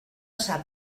sap